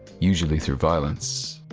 usually through violence.